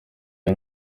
ari